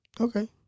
Okay